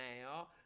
now